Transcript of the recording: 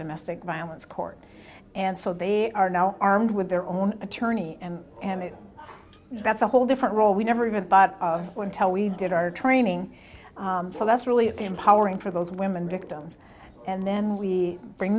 domestic violence court and so they are now armed with their own attorney and and that's a whole different role we never even thought of or tell we did our training so that's really empowering for those women victims and then we bring